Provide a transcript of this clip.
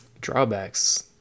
drawbacks